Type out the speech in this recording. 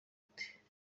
ute